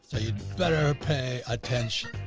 better pay attention,